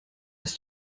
was